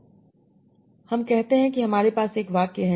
हम कहते हैं कि हमारे पास एक वाक्य है जैसे the teacher eats a red Apple